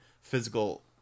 physical